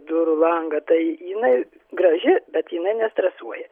durų langą tai jinai graži bet jinai nestresuoja